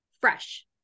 Fresh